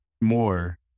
more